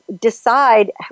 decide